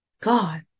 God